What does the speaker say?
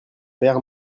père